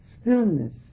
stillness